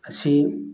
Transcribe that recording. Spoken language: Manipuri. ꯑꯁꯤ